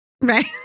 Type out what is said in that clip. Right